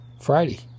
Friday